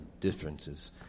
differences